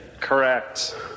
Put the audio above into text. Correct